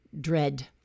dread